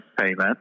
payment